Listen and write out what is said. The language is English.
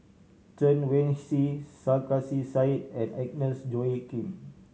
Chen Wen Hsi Sarkasi Said and Agnes Joaquim